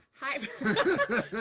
Hi